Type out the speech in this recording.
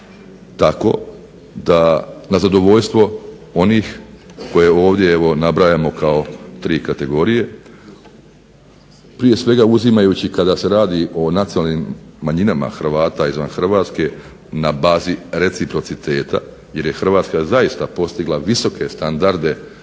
tako da na zadovoljstvo onih koje ovdje evo nabrajamo kao tri kategorije. Prije svega uzimajući kada se radi o nacionalnim manjinama Hrvata izvan Hrvatske na bazi reciprociteta jer je Hrvatska zaista postigla visoke standarde